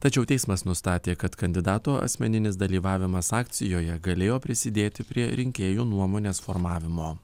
tačiau teismas nustatė kad kandidato asmeninis dalyvavimas akcijoje galėjo prisidėti prie rinkėjų nuomonės formavimo